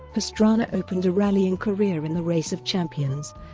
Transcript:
pastrana opened a rallying career in the race of champions,